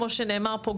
כמו שנאמר פה,